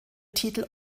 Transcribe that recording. titel